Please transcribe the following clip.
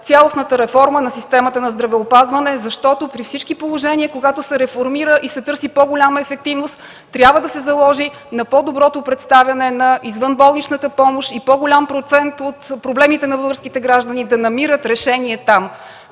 цялостната реформа на системата на здравеопазване, защото при всички положения, когато се реформира и се търси по-голяма ефективност, трябва да се заложи на по-доброто представяне на извънболничната помощ и по-голям процент от проблемите на българските граждани да намират решение там.